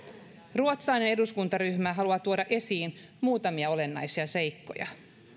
ruotsalainen eduskuntaryhmä haluaa tuoda esiin muutamia olennaisia seikkoja